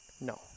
No